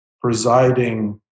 presiding